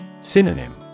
Synonym